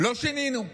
לא שינינו.